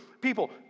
people